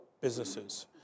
businesses